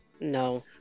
No